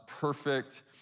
perfect